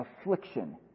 affliction